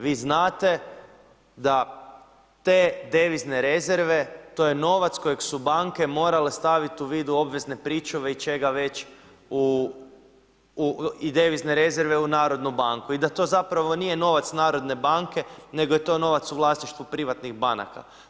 Vi znate da te devizne rezerve, to je novac kojeg su banke morale staviti u vidu obvezne pričuve i čega već i devizne rezerve u Narodnu banku i da to zapravo nije novac Narodne banke, nego je to novac u vlasništvu privatnih banaka.